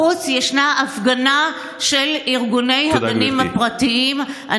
בחוץ ישנה הפגנה של ארגוני הגנים הפרטיים.